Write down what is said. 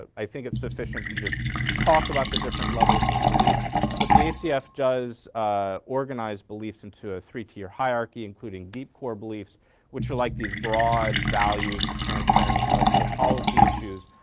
i think it's sufficient to just talk about the different levels of beliefs but the acf does ah organize belief into a three-tier hierarchy including deep core beliefs which are like these broad values that transcends multiple policy issues,